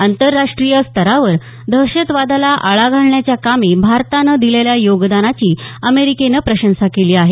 आंतरराष्ट्रीय स्तरावर दहशतवादाला आळा घालण्याच्या कामी भारतानं दिलेल्या योगदानाची अमेरिकेनं प्रशंसा केली आहे